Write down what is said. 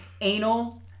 Anal